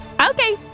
Okay